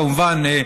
כמובן,